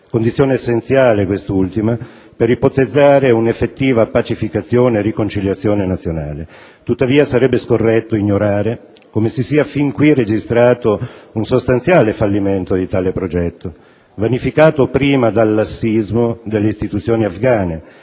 condizione essenziale, quest'ultima, per ipotizzare un'effettiva pacificazione e riconciliazione nazionale. Tuttavia, sarebbe scorretto ignorare come si sia fin qui registrato un sostanziale fallimento di tale progetto, vanificato prima dal lassismo delle istituzioni afghane